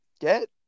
Get